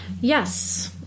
Yes